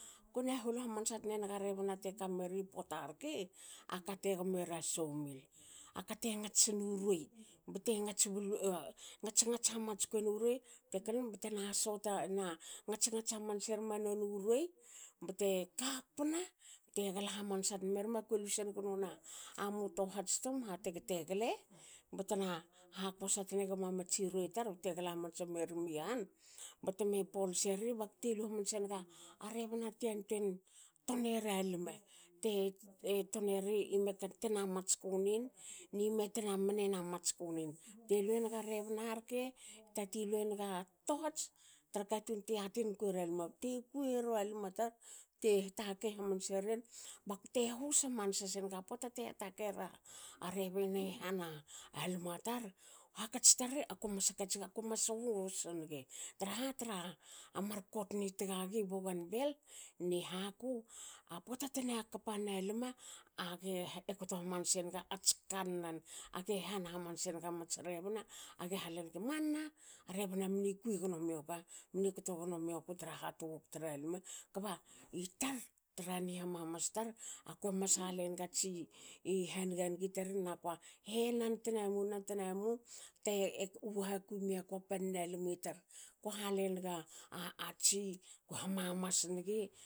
Kue na hol hamnsa tne naga rebna te kamera pota rke, aka te gomera sawmill. Akate ngats nu ruei bte ngats ngats hamatsku enuruei bte btena sota ena ngats ngats hamats kuenu ruei bte bte kapna bte gala hamansana tna merma kue lusenig nonia mu tohats tum hateg tegle btna hakosa tnegma matsi ruei tar bte gla hamansa megmi han batme polseri. bakte lu hamanse naga a rebna te antuen tonera lma bte tuneri lme tena matsu nin. nime temne na matskunin. nime temne na matsku nin. Bte lue naga rebna reke tati luenaga tohats tra katun te kui era lme bte kuiera lme tar bte hatakei hamanse ren bak hus hamansa sinigi. a pota te hatakei era rebni han lme tar. hakats tar akue mas hakats nig ako mas hus nigi traha mar ktoni tagagi bougainville ni haku. A pota tena kpa na lma age kto hamansen naga ats kannan age han hamanse naga mats rebna age halen ge man na rebna mni kui gno mioga. mni kto gnomioku tru hatwok tra lma. kba itar tra ni hamamas tar akue mas halenigi atsi ha niga niga tar nakua, "he nan tnamu nan tnamu tu hakui miakua panna lmi tar,"ko hale naga tsi ko hamamas nigi